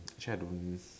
actually I don't know